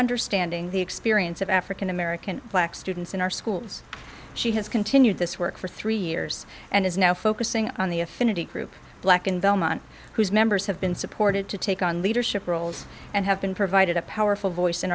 understanding the experience of african american black students in our schools she has continued this work for three years and is now focusing on the affinity group black in belmont whose members have been supported to take on leadership roles and have been provided a powerful voice in